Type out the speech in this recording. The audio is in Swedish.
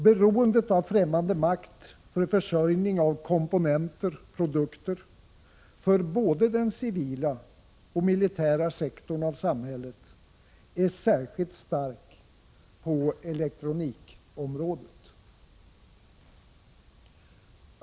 Beroendet av främmande makt för försörjning av komponenter/produkter för både den civila och militära sektorn av samhället är särskilt starkt på elektronikområdet.